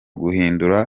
guhindura